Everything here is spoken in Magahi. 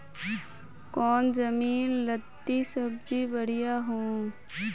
कौन जमीन लत्ती सब्जी बढ़िया हों?